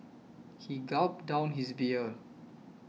he gulped down his beer